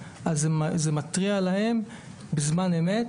זה מתריע להם בזמן אמת.